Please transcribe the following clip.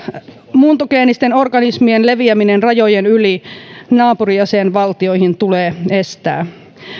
muuntogeenisten organismien leviäminen rajojen yli naapurijäsenvaltioihin tulee estää